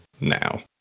now